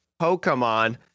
Pokemon